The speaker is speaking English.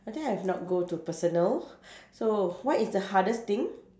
I think I've not go to personal so what is the hardest thing